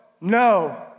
no